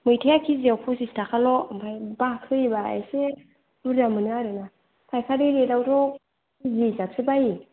मैथाया किजियाव फसिस थाखाल' ओमफाय बाहाग होयोबा एसे बुरजा मोनो आरोना फाइखारि रेट आवथ' केजि हिसाबसो बाइयो